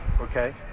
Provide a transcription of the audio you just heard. okay